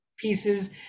pieces